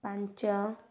ପାଞ୍ଚ